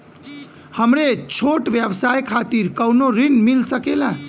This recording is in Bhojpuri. हमरे छोट व्यवसाय खातिर कौनो ऋण मिल सकेला?